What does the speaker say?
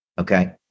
Okay